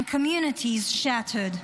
and communities shattered.